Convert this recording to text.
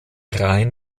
rhein